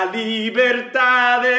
libertad